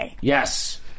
Yes